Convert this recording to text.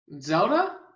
Zelda